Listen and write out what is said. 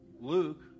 Luke